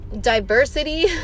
Diversity